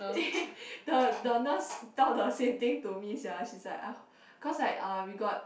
the the nurse talk the same thing to me sia she's like I cause I uh we got